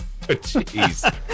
Jeez